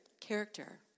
character